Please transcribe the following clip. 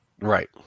right